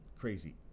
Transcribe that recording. crazy